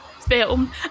film